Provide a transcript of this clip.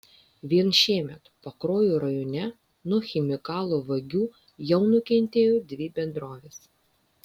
vien šiemet pakruojo rajone nuo chemikalų vagių jau nukentėjo dvi bendrovės